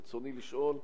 ברצוני לשאול: